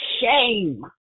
shame